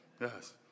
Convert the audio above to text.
yes